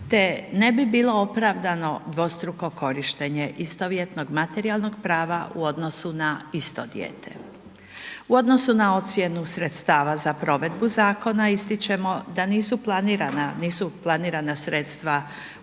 te ne bi bilo opravdano dvostruko korištenje istovjetnog materijalnog prava u odnosu na isto dijete. U odnosu na ocjenu sredstava za provedbu zakona, ističemo da nisu planirana sredstva u